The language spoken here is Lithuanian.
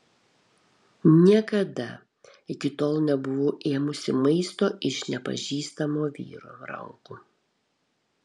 niekada iki tol nebuvau ėmusi maisto iš nepažįstamo vyro rankų